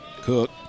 Cook